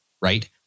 right